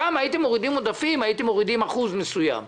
פעם הייתם מורידים אחוז מסוים מעודפים,